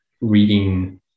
reading